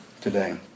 today